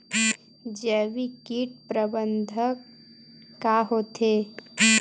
जैविक कीट प्रबंधन का होथे?